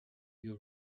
you